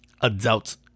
adult